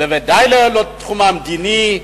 ודאי לא לתחום המדיני.